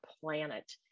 planet